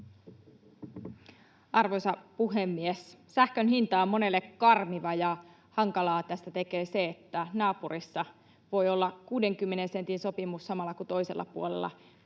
Arvoisa puhemies! Sähkön hinta on monelle karmiva, ja hankalaa tästä tekee se, että naapurissa voi olla 60 sentin sopimus samalla kun toisella puolella